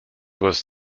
was